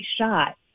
shot